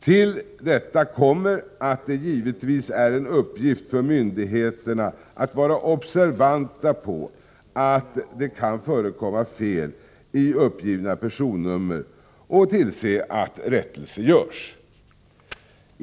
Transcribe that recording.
Till detta kommer att det givetvis är en uppgift för myndigheterna att vara observanta på att det kan förekomma fel i uppgivna personnummer, och att myndigheterna skall tillse att rättelse i sådana fall görs.